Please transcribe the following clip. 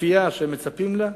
לכפייה שהם מצפים לה,